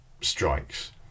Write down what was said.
strikes